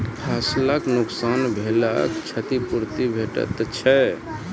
फसलक नुकसान भेलाक क्षतिपूर्ति भेटैत छै?